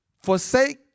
Forsake